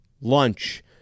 lunch